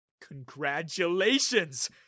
Congratulations